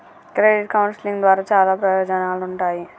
credit counselling ద్వారా చాలా ప్రయోజనాలుంటాయి